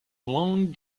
long